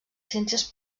ciències